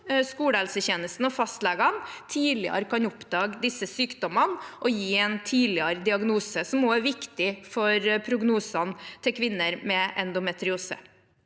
skolehelsetjenesten og fastlegene tidligere kan oppdage disse sykdommene og gi en tidligere diagnose, noe som er viktig for prognosene til kvinner med endometriose.